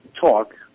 talk